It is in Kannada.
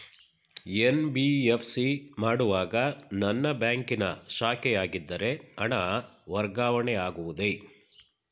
ಎನ್.ಬಿ.ಎಫ್.ಸಿ ಮಾಡುವಾಗ ನನ್ನ ಬ್ಯಾಂಕಿನ ಶಾಖೆಯಾಗಿದ್ದರೆ ಹಣ ವರ್ಗಾವಣೆ ಆಗುವುದೇ?